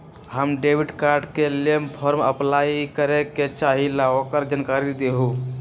हम debit card के लेल फॉर्म अपलाई करे के चाहीं ल ओकर जानकारी दीउ?